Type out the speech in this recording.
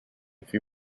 few